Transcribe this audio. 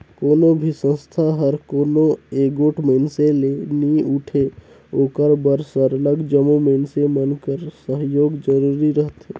कोनो भी संस्था हर कोनो एगोट मइनसे ले नी उठे ओकर बर सरलग जम्मो मइनसे मन कर सहयोग जरूरी रहथे